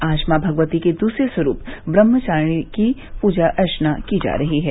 आज मॉ भगवती के दूसरे स्वरूप ब्रम्हचारिणी की पूजा अर्चना की जा रही है